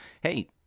hey –